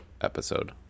episode